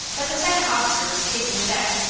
but the second officer was pacing the deck.